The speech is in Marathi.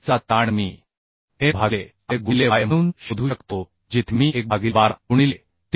चा ताण मी एम भागिले आय गुणिले वाय म्हणून शोधू शकतो जिथे मी 1 भागिले 12 गुणिले टी